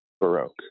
Baroque